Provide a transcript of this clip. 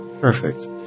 Perfect